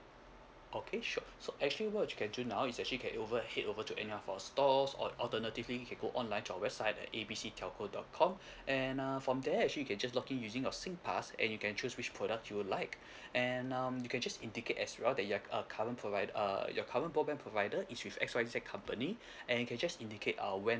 okay sure so actually what you can do now is actually get over head over to any of our stores or alternatively you can go online to our website at A B C telco dot com and err from there actually you can just log in using your SingPass and you can choose which product you would like and um you can just indicate as well that you are err current provide uh your current broadband provider if with X Y Z company and you can just indicate uh when